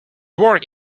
work